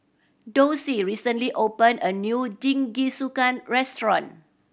Dorsey recently opened a new Jingisukan restaurant